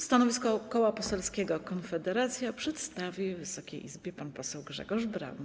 Stanowisko Koła Poselskiego Konfederacja przedstawi Wysokiej Izbie pan poseł Grzegorz Braun.